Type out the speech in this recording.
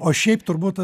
o šiaip turbūt